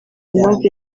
impamvu